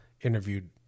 interviewed